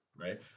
Right